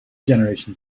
generation